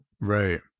Right